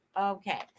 Okay